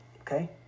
okay